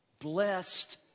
Blessed